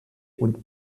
und